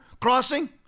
crossing